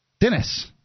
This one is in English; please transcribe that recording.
Dennis